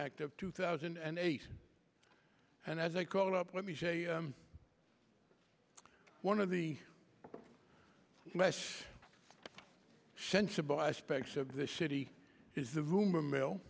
act of two thousand and eight and as i called up let me say one of the less sensible aspects of this city is the rumor mill